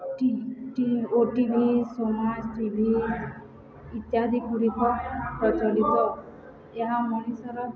ଓ T V ସମାଜ T V ଇତ୍ୟାଦି ଗୁଡ଼ିକ ପ୍ରଚଳିତ ଏହା ମଣିଷର